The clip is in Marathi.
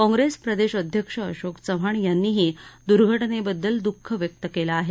काँप्रेस प्रदेश अध्यक्ष अशोक चव्हाण यांनीही दुर्घटनेबद्दल दुख व्यक्त केलं आहे